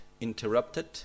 interrupted